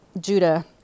Judah